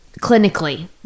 clinically